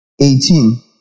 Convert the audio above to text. Eighteen